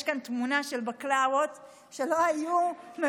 יש פה תמונה של בקלאוות שלא היו מביישות,